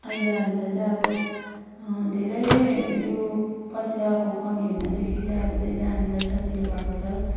अहिले हामीलाई चाहिँ अब धेरै यो पैसाको कमी हुनदेखि चाहिँ धेरै हामीलाई सजिलो भएको छ